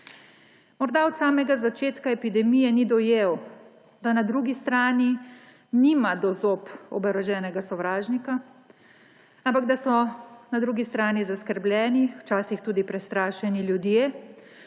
Morda od samega začetka epidemije ni dojel, da na drugi strani nima do zob oboroženega sovražnika, ampak da so na drugi strani zaskrbljeni, včasih tudi prestrašeni ljudje,